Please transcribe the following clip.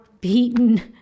beaten